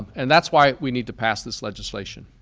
and that's why we need to pass this legislation.